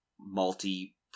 multi